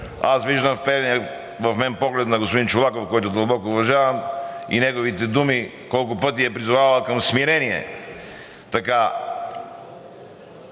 вперения в мен поглед на господин Чолаков, когото дълбоко уважавам, и неговите думи колко пъти е призовавал към смирение.